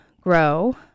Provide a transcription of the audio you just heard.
grow